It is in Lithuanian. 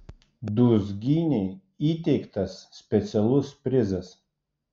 dūzgynei įteiktas specialus prizas